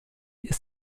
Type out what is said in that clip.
ist